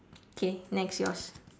okay next yours